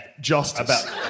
Justice